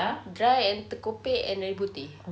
dry and terkopek and already putih